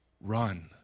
run